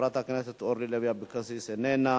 חברת הכנסת אורלי לוי אבקסיס, איננה.